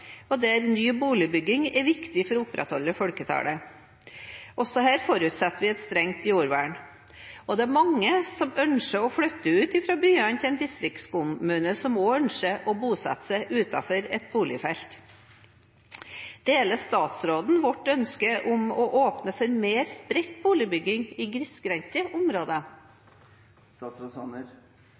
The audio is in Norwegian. og der ny boligbygging er viktig for å opprettholde folketallet. Også her forutsetter vi et strengt jordvern. Det er mange som ønsker å flytte ut fra byene til en distriktskommune, som også ønsker å bosette seg utenfor et boligfelt. Deler statsråden vårt ønske om å åpne for mer spredt boligbygging i grisgrendte områder?